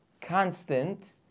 constant